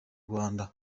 rwanda